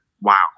wow